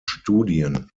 studien